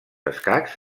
escacs